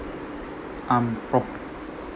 um prop~